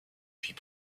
puis